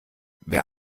wer